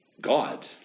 God